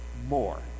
more